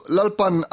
Lalpan